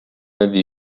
avait